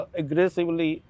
aggressively